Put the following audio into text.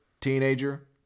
teenager